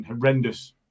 horrendous